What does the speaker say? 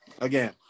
again